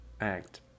act